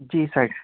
जी साईं